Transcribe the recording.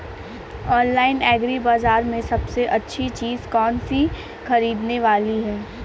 Online agri बाजार में सबसे अच्छी चीज कौन सी ख़रीदने वाली है?